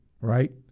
right